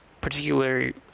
particularly